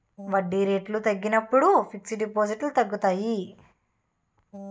వడ్డీ రేట్లు తగ్గించినప్పుడు ఫిక్స్ డిపాజిట్లు తగ్గుతాయి